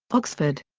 oxford.